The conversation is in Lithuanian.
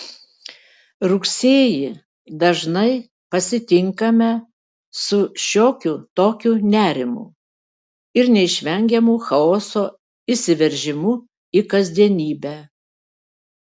rugsėjį dažnai pasitinkame su šiokiu tokiu nerimu ir neišvengiamu chaoso įsiveržimu į kasdienybę